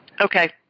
Okay